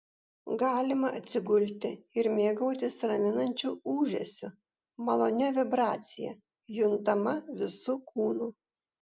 galima atsigulti ir mėgautis raminančiu ūžesiu malonia vibracija juntama visu kūnu